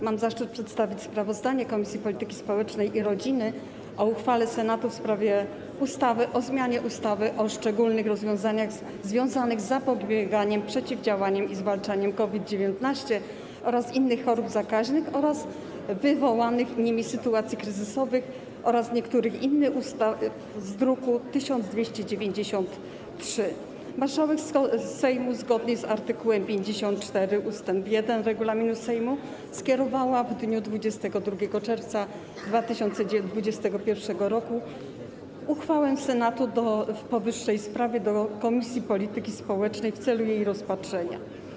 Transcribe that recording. Mam zaszczyt przedstawić sprawozdanie Komisji Polityki Społecznej i Rodziny o uchwale Senatu w sprawie ustawy o zmianie ustawy o szczególnych rozwiązaniach związanych z zapobieganiem, przeciwdziałaniem i zwalczaniem COVID-19, innych chorób zakaźnych oraz wywołanych nimi sytuacji kryzysowych oraz niektórych innych ustaw z druku nr 1293. Marszałek Sejmu, zgodnie z art. 54 ust. 1 regulaminu Sejmu, skierowała w dniu 22 czerwca 2021 r. uchwałę Senatu w powyższej sprawie do Komisji Polityki Społecznej i Rodziny w celu jej rozpatrzenia.